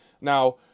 Now